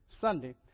Sunday